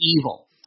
evil